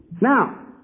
Now